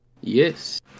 Yes